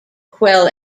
quell